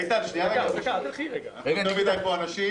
איתן, יש פה יותר מדי אנשים.